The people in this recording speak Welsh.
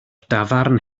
dafarn